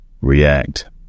react